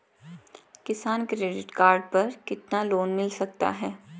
किसान credit card पर कितना लोंन मिल सकता है?